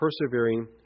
persevering